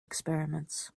experiments